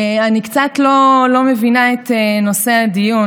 אני קצת לא מבינה את נושא הדיון.